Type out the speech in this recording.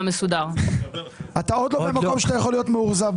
אתה עוד לא במקום שאתה יכול היות מאוכזב.